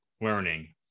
learning